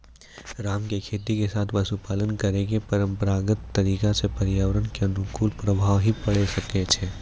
राम के खेती के साथॅ पशुपालन करै के परंपरागत तरीका स पर्यावरण कॅ अनुकूल प्रभाव हीं पड़ै छै